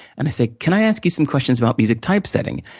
and i say, can i ask you some questions about music typesetting?